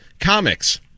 Comics